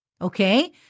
Okay